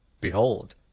Behold